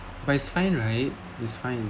but it's fine right it's fine